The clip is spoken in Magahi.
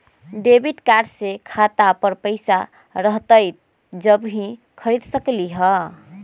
डेबिट कार्ड से खाता पर पैसा रहतई जब ही खरीद सकली ह?